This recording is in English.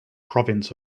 province